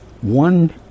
one